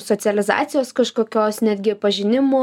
socializacijos kažkokios netgi pažinimo